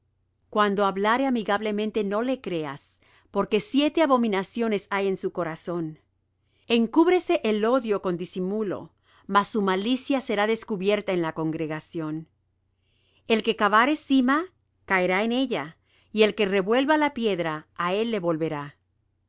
cuando hablare amigablemente no le creas porque siete abominaciones hay en su corazón encúbrese el odio con disimulo mas su malicia será descubierta en la congregación el que cavare sima caerá en ella y el que revuelva la piedra á él volverá